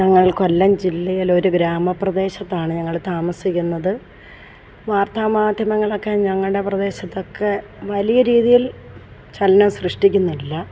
ഞങ്ങൾ കൊല്ലം ജില്ലയിൽ ഒരു ഗ്രാമപ്രദേശത്താണ് ഞങ്ങൾ താമസിക്കുന്നത് വർത്തമാധ്യമങ്ങളൊക്കെ ഞങ്ങളുടെ പ്രദേശത്തൊക്കെ വലിയ രീതിയിൽ ചലനം സൃഷ്ടിക്കുന്നില്ല